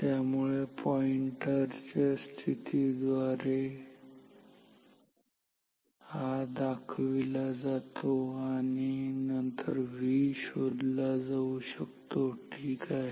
त्यामुळे हा पॉईंटर च्या स्थिती द्वारे दर्शविला जातो त्यानंतर V शोधला जाऊ शकतो ठीक आहे